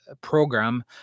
program